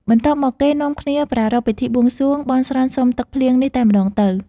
បន្ទាប់មកគេនាំគ្នាប្រារព្ធពិធីបួងសួង បន់ស្រន់សុំទឹកភ្លៀងនេះតែម្តងទៅ។